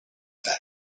that